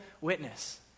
witness